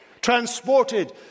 transported